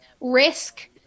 risk